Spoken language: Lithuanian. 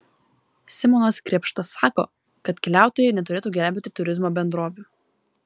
simonas krėpšta sako kad keliautojai neturėtų gelbėti turizmo bendrovių